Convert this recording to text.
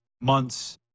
months